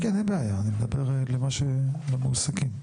כן אין בעיה, אני מדבר על מה שנשלח למועסקים.